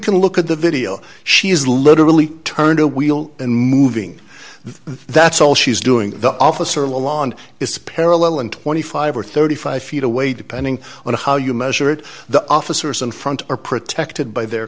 can look at the video she is literally turned a wheel and moving that's all she's doing the officer of the law and it's parallel and twenty five dollars or thirty five feet away depending on how you measure it the officers in front are protected by their